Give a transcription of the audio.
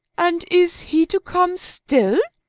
and is he to come still?